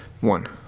One